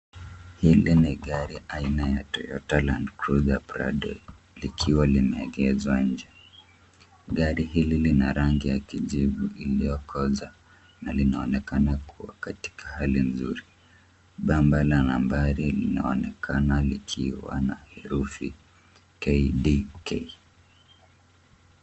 Hili ni gari la aina ya toyota land cruiser Prado likiwa limegezwa nje. Gari hili lina rangi ya kijivu iliyokoza na linaonekana katika hali nzuri. Bamba la nambari linaonekana likiwa na herufi KDK.